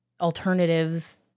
alternatives